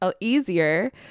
easier